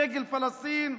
דגל פלסטין?